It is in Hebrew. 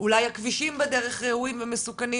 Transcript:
אולי הכבישים לא ראויים ומסוכנים,